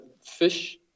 fish